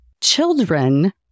Children